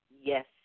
Yes